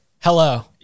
Hello